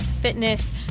fitness